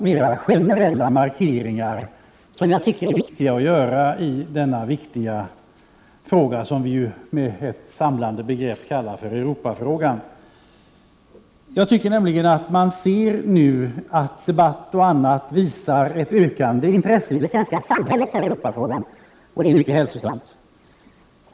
Herr talman! Jag vill ta min sista replik i anspråk till att göra några mer generella markeringar som jag tycker är väsentliga att göra i denna viktiga fråga som vi ju med ett samlande begrepp kallar för Europafrågan. Jag kan nämligen nu se att debatt och annat visar ett ökande intresse i det svenska samhället för Europafrågan, och det är mycket hälsosamt.